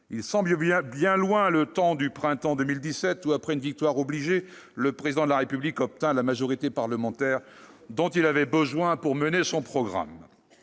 Il semble bien loin le temps du printemps 2017 où, après une victoire obligée, le Président de la République obtint la majorité parlementaire dont il avait besoin pour mener son programme.